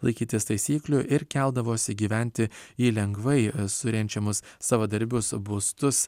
laikytis taisyklių ir keldavosi gyventi į lengvai surenčiamus savadarbius būstus